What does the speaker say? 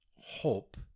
hope